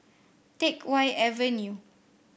Teck Whye Avenue